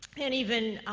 and even